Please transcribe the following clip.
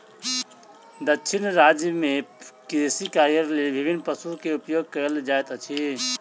दक्षिण राज्य में कृषि कार्यक लेल विभिन्न पशु के उपयोग कयल जाइत अछि